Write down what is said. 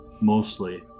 mostly